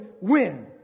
win